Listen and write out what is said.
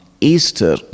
Easter